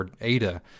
ada